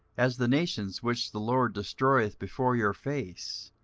as the nations which the lord destroyeth before your face,